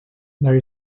there